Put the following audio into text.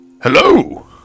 Hello